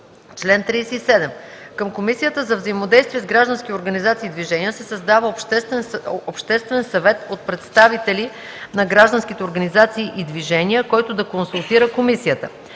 Към Комисията за взаимодействие с граждански организации и движения се създава Обществен съвет от представители на гражданските организации и движения, който да консултира комисията.